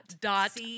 dot